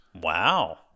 Wow